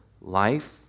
life